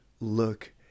look